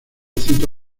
cita